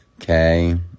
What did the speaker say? Okay